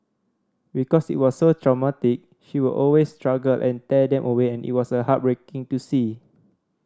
because it was so traumatic she would always struggle and tear them away and it was heartbreaking to see